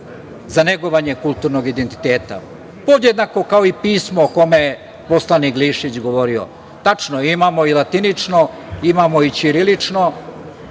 za negovanje kulturnog identiteta podjednako kao i pismo o kome je poslanik Glišić govorio. Tačno, imamo i latinično i ćirilično,